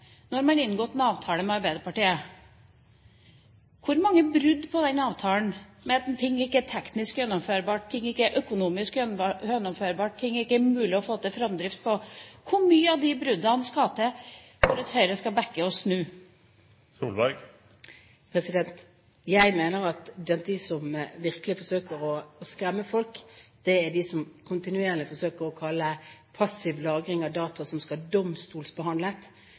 Når man har inngått en avtale med Arbeiderpartiet, hvor mange brudd på den avtalen – at ting ikke er teknisk gjennomførbart, at ting ikke er økonomisk gjennomførbart, og at ting ikke er mulig å få til framdrift på – skal til for at Høyre skal bakke og snu? Jeg mener at de som virkelig forsøker å skremme folk, er de som kontinuerlig forsøker å kalle passiv lagring av data som skal